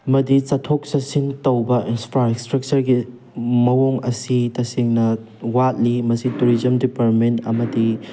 ꯑꯃꯗꯤ ꯆꯠꯊꯣꯛ ꯆꯠꯁꯤꯟ ꯇꯧꯕ ꯏꯟꯐ꯭ꯔꯥ ꯁ꯭ꯇꯔꯛꯆꯔꯒꯤ ꯃꯑꯣꯡ ꯑꯁꯤ ꯇꯁꯦꯡꯅ ꯋꯥꯠꯂꯤ ꯃꯁꯤ ꯇꯨꯔꯤꯖꯝ ꯗꯤꯄꯥ꯭ꯔꯠꯃꯦꯟ ꯑꯃꯗꯤ